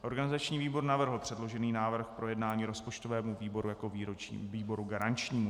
Organizační výbor navrhl předložený návrh k projednání rozpočtovému výboru jako výboru garančnímu.